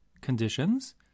conditions